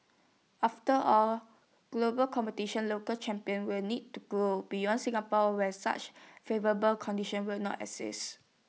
after all global competition local champions will need to grow beyond Singapore where such favourable conditions will not exists